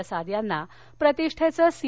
प्रसाद यांना प्रतिष्ठेचं सी